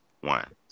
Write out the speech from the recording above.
one